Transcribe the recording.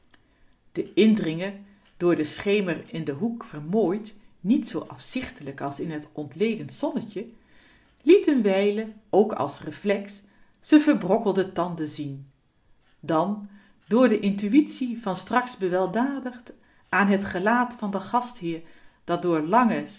de indringer door den schemer in den hoek vermooid niet zoo afzichtelijk als in het ontledend zonnetje liet een wijle ook als reflex z'n verbrokkelde tanden zien dan door de intuitie van straks beweldadigd aan het gelaat van den gastheer dat door lange